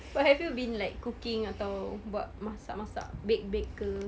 what have you been like cooking atau buat masak masak bake bake ke